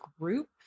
group